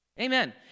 Amen